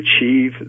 achieve